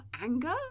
anger